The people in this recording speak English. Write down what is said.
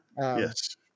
yes